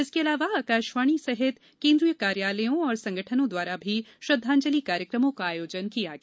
इसके अलावा आकाशवाणी सहित केन्द्रीय कार्यालयों और संगठनों द्वारा भी श्रद्धांजलि कार्यक्रमों का आयोजन किया गया